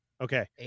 Okay